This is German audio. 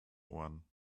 ohren